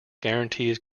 guarantees